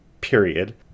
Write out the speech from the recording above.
period